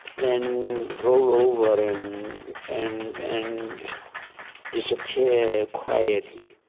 then roll roll over and and and disappear quietly.